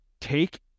take